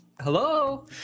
Hello